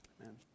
Amen